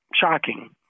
shocking